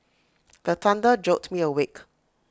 the thunder jolt me awake